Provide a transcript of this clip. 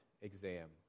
exam